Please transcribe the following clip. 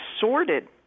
sorted